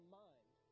mind